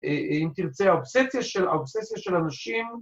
‫אם תרצה, האובססיה של אנשים...